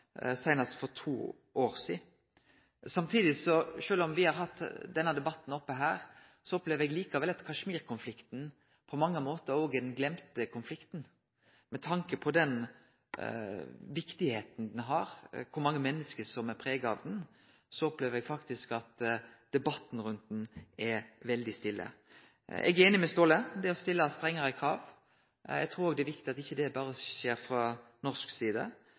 seinast for to år sidan. Samtidig – sjølv om me har hatt denne debatten oppe her – opplever eg likevel at Kashmir-konflikten på mange måtar er den gløymde konflikten. Med tanke på kor viktig konflikten er og kor mange menneske som er prega av han, opplever eg faktisk at debatten rundt han er veldig stille. Eg er einig med Staahle i det å stille strengare krav. Eg trur òg det er viktig at det ikkje berre skjer frå norsk side,